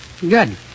Good